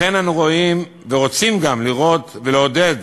לכן אנחנו רואים ורוצים גם לראות ולעודד